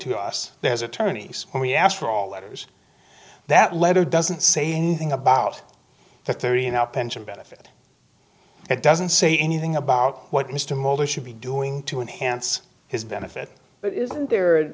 to us there's attorneys when we asked for all letters that letter doesn't say anything about the thirty in our pension benefit it doesn't say anything about what mr molder should be doing to enhance his benefit but is there